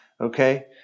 Okay